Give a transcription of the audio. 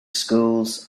schools